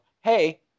hey